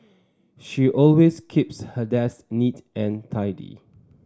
she always keeps her desk neat and tidy